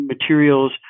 materials